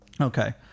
Okay